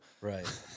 Right